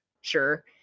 sure